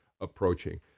approaching